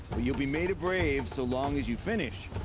but you'll be made a brave, so long as you finish.